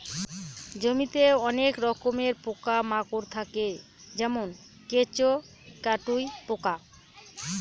জমিতে অনেক রকমের পোকা মাকড় থাকে যেমন কেঁচো, কাটুই পোকা